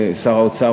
שר האוצר,